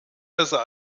besser